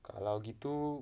kalau gitu